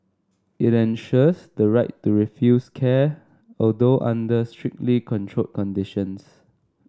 it enshrines the right to refuse care although under strictly controlled conditions